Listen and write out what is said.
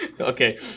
Okay